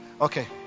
Okay